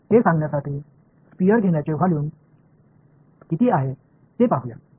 हे सांगण्यासाठी स्फिअर घेण्याचे व्हॉल्यूम किती आहे ते पाहू या